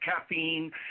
caffeine